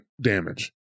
damage